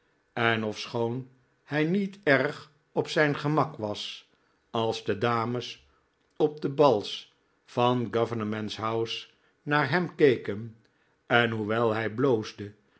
en ofschoon hij niet erg op zijn gemak was als de dames op de bals van government's house naar hem keken en hoewel hij bloosde